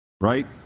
right